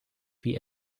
wie